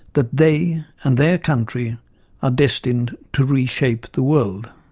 that they and their country are destined to reshape the world.